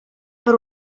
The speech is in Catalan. per